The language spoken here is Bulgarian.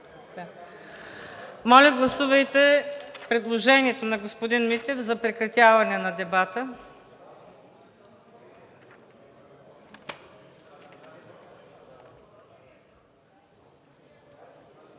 Моля, гласувайте предложението на господин Митев за прекратяване на дебата.